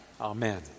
Amen